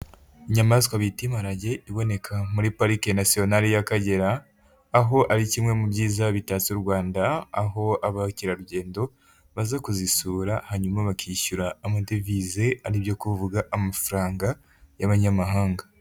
Inyamaswa bita imparage iboneka muri parike nasiyonale y'Akagera, aho ari kimwe mu byiza bitatse u Rwanda aho abakerarugendo baza kuzisura hanyuma bakishyura amadevize ari byo kuvuga amafaranga y'abanyamahanga.